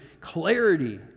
clarity